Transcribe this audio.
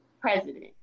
president